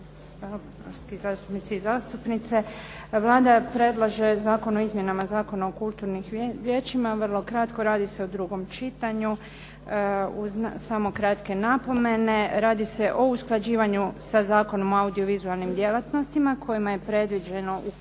Vlada predlaže Zakon o izmjenama Zakona o kulturnim vijećima. Vrlo kratko. Radi se o drugom čitanju. Uz samo kratke napomene. Radi se o usklađivanju sa Zakonom o audio-vizualnim djelatnostima kojima je predviđeno ukidanje